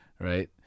right